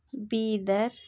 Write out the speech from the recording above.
Bidar